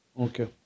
Okay